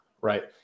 right